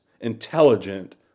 intelligent